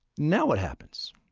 now what happens?